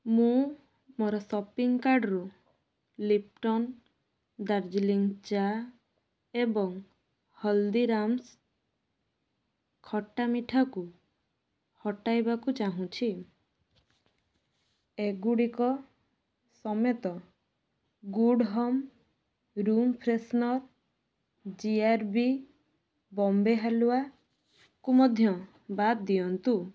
ମୁଁ ମୋର ସପିଙ୍ଗ କାର୍ଡ଼ରୁ ଲିପ୍ଟନ ଦାର୍ଜିଲିଂ ଚା ଏବଂ ହଲଦୀରାମ୍ସ୍ ଖଟା ମିଠାକୁ ହଟାଇବାକୁ ଚାହୁଁଛି ଏଗୁଡ଼ିକ ସମେତ good home room freshener G R B Bombay ହାଲୁଆକୁ ମଧ୍ୟ ବାଦ୍ ଦିଅନ୍ତୁ